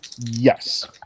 Yes